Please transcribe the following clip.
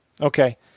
Okay